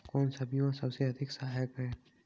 कौन सा बीमा सबसे अधिक सहायक है?